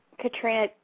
Katrina